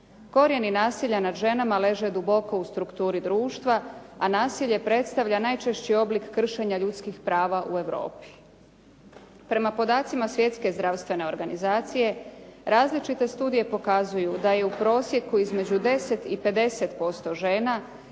Korijeni nasilja nad ženama leže duboko u strukturi društva a nasilje predstavlja najčešći oblik kršenja ljudskih prava u Europi. Prema podacima Svjetske zdravstvene organizacije različite studije pokazuju da je u prosjeku između 10 i 50% žena